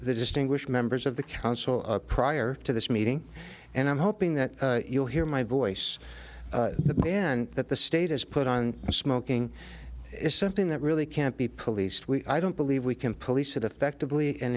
the distinguished members of the council prior to this meeting and i'm hoping that you'll hear my voice the end that the state has put on smoking is something that really can't be policed we i don't believe we can police it effectively